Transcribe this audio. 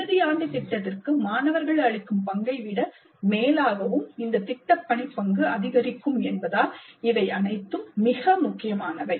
இறுதி ஆண்டு திட்டத்திற்கு மாணவர்கள் அளிக்கும் பங்கைவிட மேலாகவும் இந்த திட்டப்பணிப் பங்கு அதிகரிக்கும் என்பதால் இவை அனைத்தும் மிக முக்கியமானவை